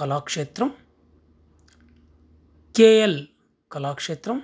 Kalakshetram K L Kalakshetram